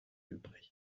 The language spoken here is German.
übrig